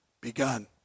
begun